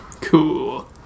Cool